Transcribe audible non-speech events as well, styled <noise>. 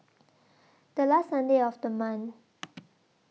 <noise> The last Sunday of The month <noise>